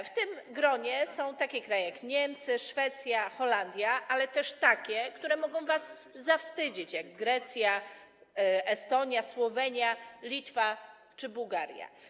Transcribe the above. W tym gronie są takie kraje jak Niemcy, Szwecja, Holandia, ale też takie, które mogą was zawstydzić, jak Grecja, Estonia, Słowenia, Litwa czy Bułgaria.